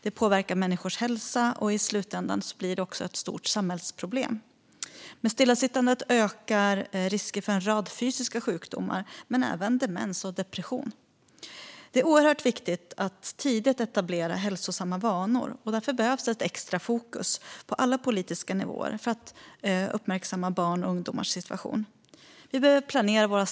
Det påverkar människors hälsa och blir i slutändan ett stort samhällsproblem. Med stillasittande ökar risker för en rad fysiska sjukdomar men även demens och depression. Det är oerhört viktigt att tidigt etablera hälsosamma vanor. Därför behövs ett extra fokus på alla politiska nivåer för att uppmärksamma barns och ungdomars situation.